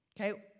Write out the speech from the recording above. Okay